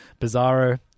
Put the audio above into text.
Bizarro